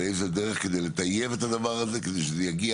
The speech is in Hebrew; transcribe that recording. באיזה דרך כדי לטייב את הדבר הזה כדי שזה יגיע